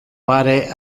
pare